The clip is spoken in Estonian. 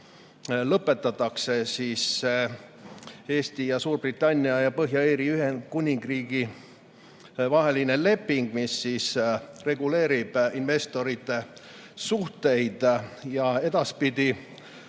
lõpetatakse Eesti ja Suurbritannia ja Põhja-Iirimaa Ühendkuningriigi vaheline leping, mis reguleerib investorite suhteid. Aga edaspidi